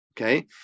Okay